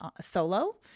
solo